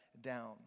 down